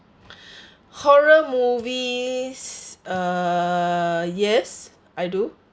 horror movies err yes I do